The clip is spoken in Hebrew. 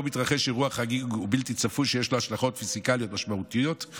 מתרחש אירוע חריג ובלתי צפוי שיש לו השלכה פיסקלית משמעותית